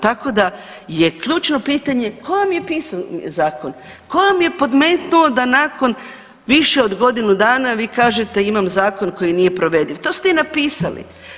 Tako da je ključno pitanje tko vam je pisao zakon, tko vam je podmetnuo da nakon više od godinu dana vi kažete imam zakon koji nije provediv, to ste i napisali.